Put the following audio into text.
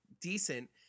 decent